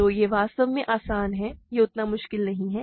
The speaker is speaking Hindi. तो यह वास्तव में आसान है यह उतना मुश्किल नहीं है